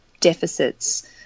deficits